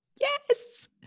Yes